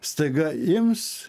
staiga ims